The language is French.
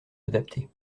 adapté